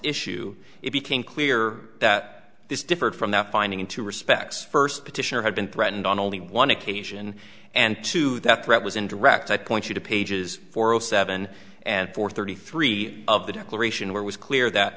issue it became clear that this differed from that finding in two respects first petitioner had been threatened on only one occasion and two that threat was indirect i point you to pages four zero seven and four thirty three of the declaration where was clear that